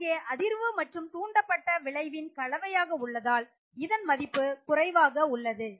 இங்கே அதிர்வு மற்றும் தூண்டப்பட்ட விளைவின் கலவையாக உள்ளதால் இதன் மதிப்பு குறைவாக உள்ளது